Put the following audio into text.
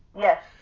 Yes